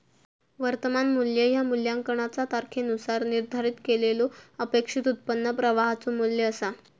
वर्तमान मू्ल्य ह्या मूल्यांकनाचा तारखेनुसार निर्धारित केलेल्यो अपेक्षित उत्पन्न प्रवाहाचो मू्ल्य असा